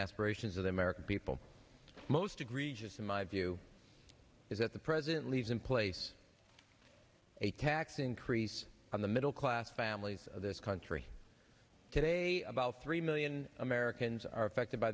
aspirations of the american people most egregious in my view is that the president leads in place a tax increase on the middle class families of this country today about three million americans are affected by